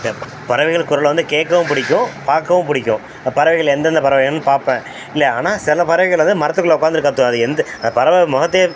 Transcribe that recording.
பறவைகள் குரலை வந்து கேட்கவும் பிடிக்கும் பார்க்கவும் பிடிக்கும் பறவைகள் எந்தெந்த பறவைகள்னு பார்ப்பேன் இல்லை ஆனால் சில பறவைகள் வந்து மரத்துக்குள்ள உட்காந்துட்டு கத்தும் அது எந்த பறவை முகத்தையே